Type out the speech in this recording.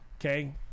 Okay